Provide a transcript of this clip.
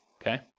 okay